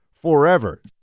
forever